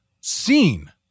seen